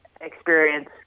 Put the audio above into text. experience